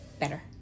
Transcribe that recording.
better